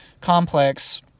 complex